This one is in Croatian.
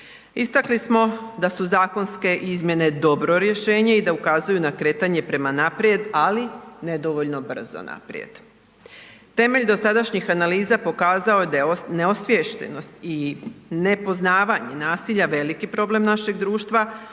Istakli smo da su zakonske izmjene dobro rješenje i da ukazuju na kretanje prema naprijed, ali nedovoljno brzo naprijed. Temelj dosadašnjih analiza pokazao je da je neosviještenost i nepoznavanje nasilja veliki problem našeg društva